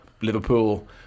Liverpool